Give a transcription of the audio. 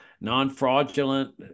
non-fraudulent